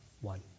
one